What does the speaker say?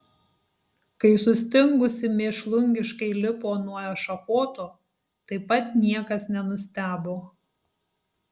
kai sustingusi mėšlungiškai lipo nuo ešafoto taip pat niekas nenustebo